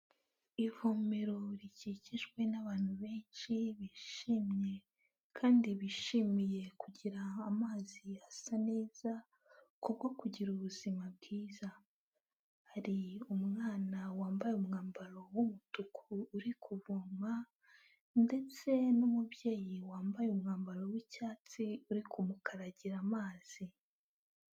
Ivomero rikikijwe n'abantu benshi bishimye kandi bishimiye kugira amazi asa neza kubwo kugira ubuzima bwiza, hari umwana wambaye umwambaro w'umutuku uri kuvoma ndetse n'umubyeyi wambaye umwambaro w'icyatsi uri kumukaragira amazi.